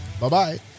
Bye-bye